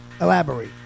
Elaborate